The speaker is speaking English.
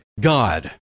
God